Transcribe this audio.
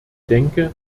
denke